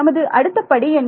நமது அடுத்த படி என்ன